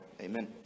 Amen